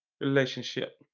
relationship